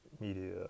media